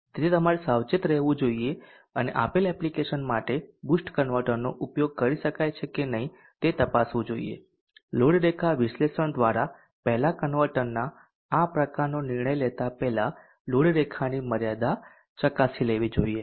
તેથી તમારે સાવચેત રહેવું જોઈએ અને આપેલ એપ્લિકેશન માટે બૂસ્ટ કન્વર્ટરનો ઉપયોગ કરી શકાય છે કે નહીં તે તપાસવું જોઈએ કે લોડ રેખા વિશ્લેષણ દ્વારા પહેલા કન્વર્ટરના પ્રકારનો નિર્ણય લેતા પહેલા લોડ રેખાની મર્યાદા ચકાસી લેવી જોઈએ